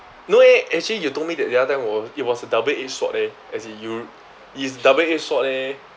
no eh actually you told me that the other one it was a double edge sword leh as in you is double edge sword eh